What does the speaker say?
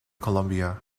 colombia